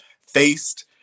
faced